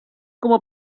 como